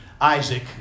Isaac